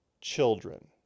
children